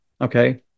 okay